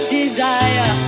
desire